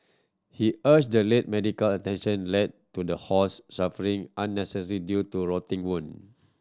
he argued the late medical attention led to the horse suffering unnecessary due to rotting wound